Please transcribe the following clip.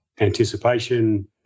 anticipation